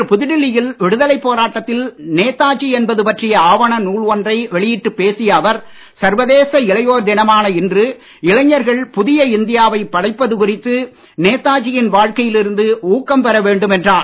இன்று புதுடெல்லியில் விடுதலைப் போராட்டத்தில் நேதாஜி என்பது பற்றிய ஆவண நூல் ஒன்றை வெளியிட்டு பேசிய அவர் சர்வதேச இளையோர் தினமான இன்று இளைஞர்கள் புதிய இந்தியாவை படைப்பது குறித்து நேதாஜியின் வாழ்க்கையில் இருந்து ஊக்கம் பெற வேண்டும் என்றார்